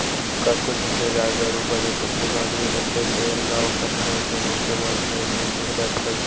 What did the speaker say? कतको झन के गाय गरु ह बने सिधवी बानी होथे तेन ल ओखर घर के मनखे मन ह ही दूह डरथे